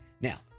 Now